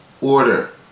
order